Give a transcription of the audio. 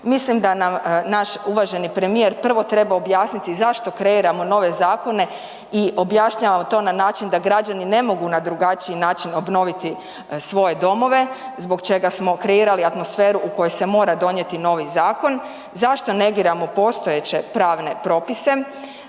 Mislim da nam naš uvaženi premijer prvo treba objasniti zašto kreiramo nove zakone i objašnjavamo to na način da građani ne mogu na drugačiji način obnoviti svoje domove, zbog čega smo kreirali atmosferu u kojoj se mora donijeti novi zakon. Zašto negiramo postojeće pravne propise,